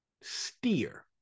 steer